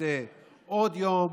הכיסא עוד יום